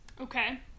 Okay